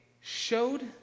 showed